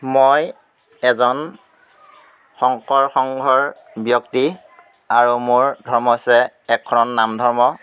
মই এজন শংকৰ সংঘৰ ব্যক্তি আৰু মোৰ ধৰ্ম হৈছে এক শৰণ নাম ধৰ্ম